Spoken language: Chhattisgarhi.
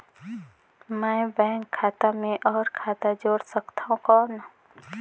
मैं बैंक खाता मे और खाता जोड़ सकथव कौन?